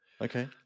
okay